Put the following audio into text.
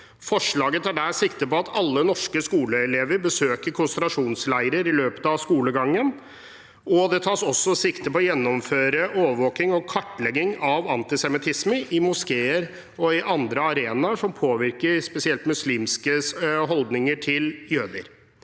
Forslaget tar sikte på at alle norske skoleelever besøker konsentrasjonsleirer i løpet av skolegangen. Det tas også sikte på å gjennomføre overvåking og kartlegging av antisemittisme i moskeer og i andre arenaer som påvirker spesielt muslimers holdninger til jøder.